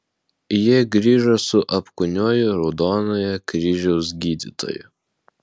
jie grįžo su apkūniuoju raudonojo kryžiaus gydytoju